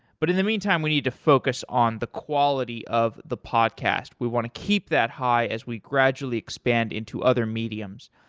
but in the meantime, we need to focus on the quality of the podcast. we want to keep that high as we gradually expand into other mediums.